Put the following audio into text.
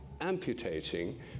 amputating